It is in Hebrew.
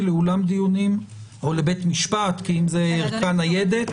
לאולם דיונים או לבית משפט אם זה ערכה ניידת.